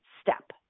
step